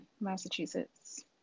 Massachusetts